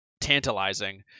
tantalizing